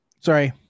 sorry